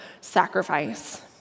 sacrifice